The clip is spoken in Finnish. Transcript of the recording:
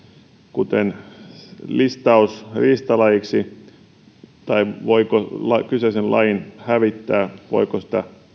kuten listaus riistalajiksi tai se voiko kyseisen lajin hävittää tai voiko sitä